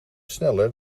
sneller